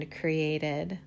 created